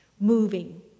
moving